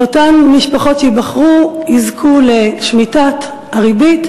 ואותן משפחות שייבחרו יזכו לשמיטת הריבית